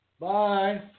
Bye